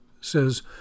says